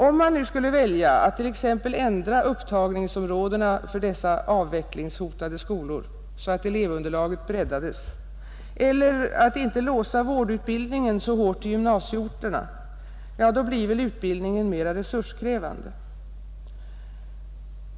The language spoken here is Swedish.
Om man nu skulle välja att t.ex. ändra upptagningsområdena för dessa avvecklingshotade skolor så att elevunderlaget breddades eller att inte låsa vårdutbildningen så hårt till gymnasieorterna, blir väl utbildningen mera resurskrävande?